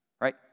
Right